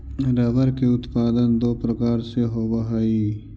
rubber के उत्पादन दो प्रकार से होवऽ हई